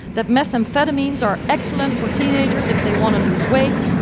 that methamphetamines are excellent for teenagers if they want to lose weight,